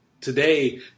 today